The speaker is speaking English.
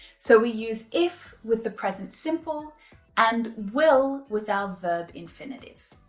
so we use if with the present simple and will with our verb infinitive.